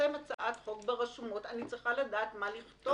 שאפרסם הצעת חוק ברשומות אני צריכה לדעת מה לכתוב בה.